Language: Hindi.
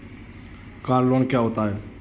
कार लोन क्या होता है?